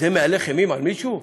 זה מהלך אימים על מישהו?